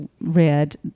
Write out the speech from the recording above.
read